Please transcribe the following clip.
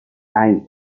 eins